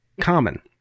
common